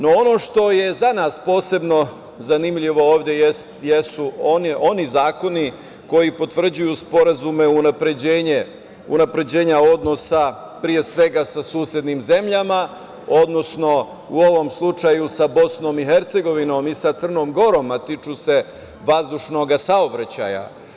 No, ono što je za nas posebno zanimljivo ovde jesu oni zakoni koji potvrđuju sporazume o unapređenju odnosa pre svega sa susednim zemljama, odnosno u ovom slučaju sa Bosnom i Hercegovinom i sa Crnom Gorom, a tiču se vazdušnog saobraćaja.